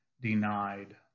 denied